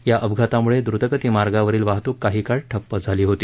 या अपघाताम्ळे द्रतगती मार्गावरील वाहत्क काही काळ ठप्प झाली होती